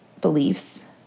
beliefs